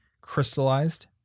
crystallized